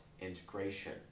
integration